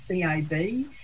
CAB